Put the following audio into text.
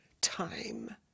time